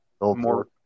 More